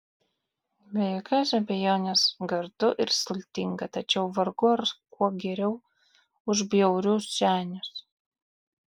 be jokios abejonės gardu ir sultinga tačiau vargu ar kuo geriau už bjaurius senius